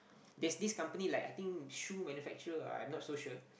there's this company like I think shoe manufacturer I'm not so sure